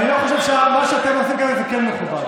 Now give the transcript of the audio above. אני לא חושב שמה שאתם עושים כרגע זה כן מכובד.